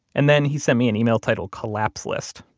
and then he sent me an email titled collapse list,